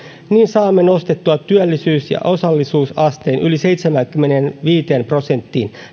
niin saamme nostettua työllisyys ja osallisuusasteen yli seitsemäänkymmeneenviiteen prosenttiin